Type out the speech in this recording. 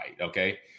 Okay